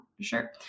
Sure